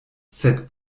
sed